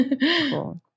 Cool